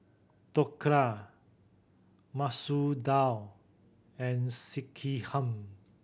Dhokla Masoor Dal and Sekihan